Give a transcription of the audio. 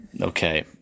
Okay